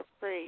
free